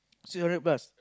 six hundred plus